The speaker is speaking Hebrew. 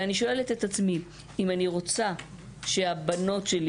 אני שואלת את עצמי אם אני רוצה שהבנות שלי